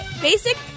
basic